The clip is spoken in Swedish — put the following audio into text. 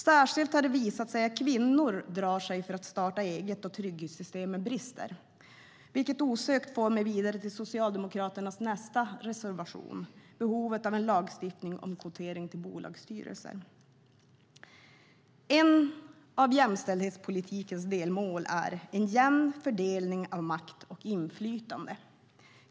Särskilt har det visat sig att kvinnor drar sig för att starta eget då trygghetssystemen har brister. Det för mig osökt vidare till Socialdemokraternas nästa reservation som gäller behovet av en lagstiftning om kvotering till bolagsstyrelser. Ett av jämställdhetspolitikens delmål är en jämn fördelning av makt och inflytande.